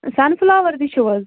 سَن flower تہِ چھُو حظ